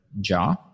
jaw